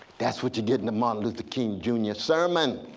that's what you get in the martin luther king, jr, sermon.